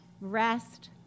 rest